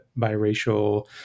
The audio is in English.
biracial